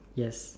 yes